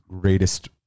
greatest